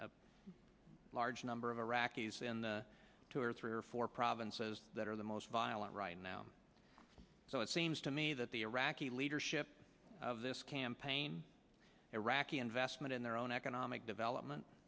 a large number of iraqis in the two or three or four provinces that are the most violent right now so it seems to me that the iraqi leadership of this campaign iraqi investment in their own economic development